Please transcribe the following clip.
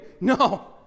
No